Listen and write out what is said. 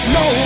no